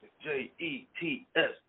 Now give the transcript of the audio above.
J-E-T-S